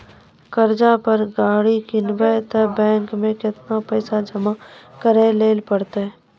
कर्जा पर गाड़ी किनबै तऽ बैंक मे केतना पैसा जमा करे लेली पड़त?